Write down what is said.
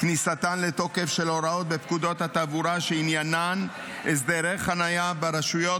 כניסתן לתוקף של הוראות בפקודת התעבורה שעניינן הסדרי חניה ברשויות